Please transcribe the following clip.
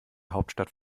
hauptstadt